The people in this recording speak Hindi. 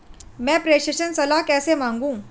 मैं प्रेषण सलाह कैसे मांगूं?